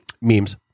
Memes